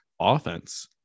offense